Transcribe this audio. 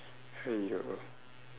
!haiyo!